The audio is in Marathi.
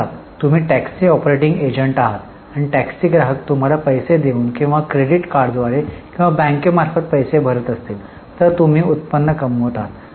समजा तुम्ही टॅक्सी ऑपरेटिंग एजंट आहात आणि टॅक्सी ग्राहक तुम्हाला पैसे देऊन किंवा क्रेडिट कार्ड द्वारे किंवा बँकेमार्फत पैसे भरत असतील तर तुम्ही उत्पन्न कमावत आहात